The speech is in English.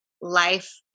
life